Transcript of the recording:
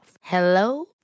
Hello